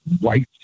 white